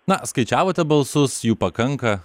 na skaičiavote balsus jų pakanka